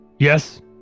Yes